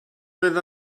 fydd